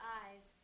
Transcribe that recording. eyes